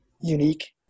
unique